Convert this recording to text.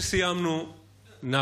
אני שמח.